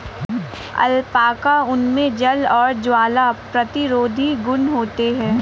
alpaca ऊन मे जल और ज्वाला प्रतिरोधी गुण होते है